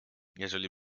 jeżeli